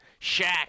Shaq